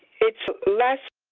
it's less